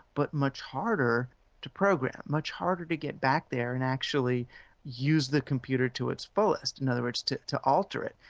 but much harder to program, much harder to get back there and actually use the computer to its fullest. in other words, to to alter it.